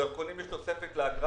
בדרכונים יש תוספת לאגרה